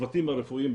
הצוותים הרפואיים,